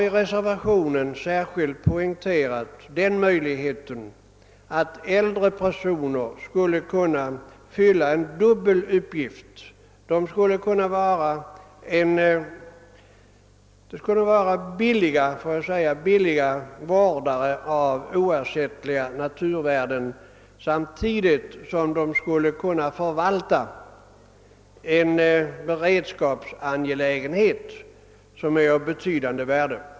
I reservationen 1 har vi särskilt pekat på möjligheten av att äldre personer i detta sammanhang skulle kunna fylla en dubbel uppgift: de skulle billigt kunna vårda oersättliga naturvärden samtidigt som de skulle kunna svara för en beredskapsåtgärd av betydande värde.